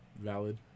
valid